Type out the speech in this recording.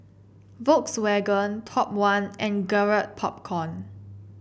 Volkswagen Top One and Garrett Popcorn